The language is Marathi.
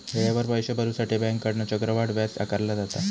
वेळेवर पैशे भरुसाठी बँकेकडना चक्रवाढ व्याज आकारला जाता